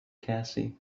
cassie